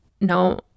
no